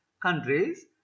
countries